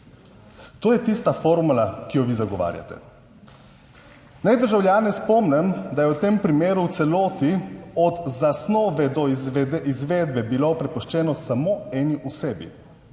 To je tista formula, ki jo vi zagovarjate. Naj državljane spomnim, da je v tem primeru v celoti od zasnove do izvedbe bilo prepuščeno samo eni osebi.